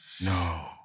No